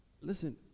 Listen